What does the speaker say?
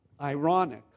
Ironic